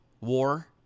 war